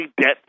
debt